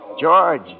George